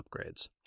upgrades